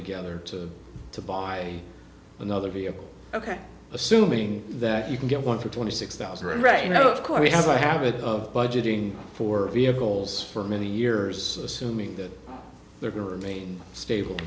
together to to buy another vehicle ok assuming that you can get one for twenty six thousand right now of course we have a habit of budgeting for vehicles for many years assuming that they're going to remain stable